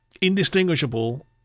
indistinguishable